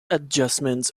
adjustments